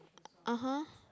(uh huh)